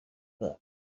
book